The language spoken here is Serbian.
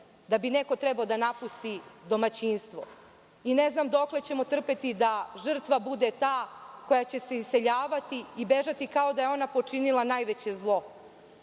da bi neko trebao da napusti domaćinstvo. Ne znam dokle ćemo trpeti da žrtva bude ta koja će se iseljavati i bežati kao da je ona počinila najveće